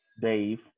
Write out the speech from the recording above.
Dave